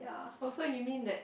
oh so you mean that